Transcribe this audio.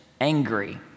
angry